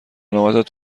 نوبت